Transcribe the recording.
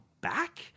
back